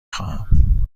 خواهم